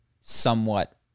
somewhat